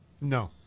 No